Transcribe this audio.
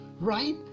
right